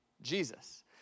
Jesus